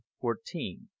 Fourteen